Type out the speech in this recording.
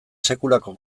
sekulako